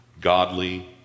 godly